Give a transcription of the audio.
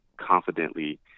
confidently